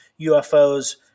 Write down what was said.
UFOs